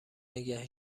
نگه